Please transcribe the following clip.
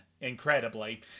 incredibly